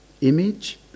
Image